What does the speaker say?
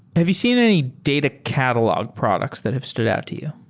have you seen any data catalog products that have stood out to you?